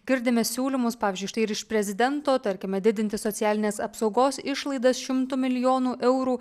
girdime siūlymus pavyzdžiui štai ir iš prezidento tarkime didinti socialines apsaugos išlaidas šimtu milijonų eurų